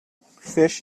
fish